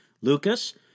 Lucas